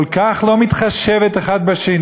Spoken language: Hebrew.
כל כך לא מתחשבים בה האחד בשני,